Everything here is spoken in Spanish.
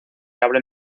abren